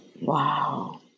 Wow